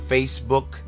Facebook